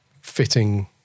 fitting